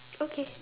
okay